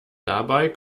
dabei